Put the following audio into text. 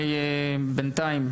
בינתיים,